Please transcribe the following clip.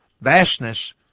vastness